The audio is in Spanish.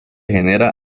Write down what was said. genera